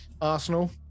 Arsenal